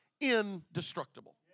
indestructible